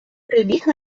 прибіг